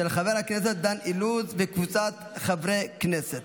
של חבר הכנסת דן אילוז וקבוצת חברי הכנסת.